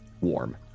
warm